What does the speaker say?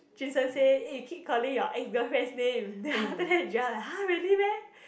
Jun sheng say eh you keep calling your ex girlfriend's name then after that Joel like !huh! really meh